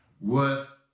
worth